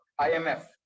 IMF